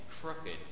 crooked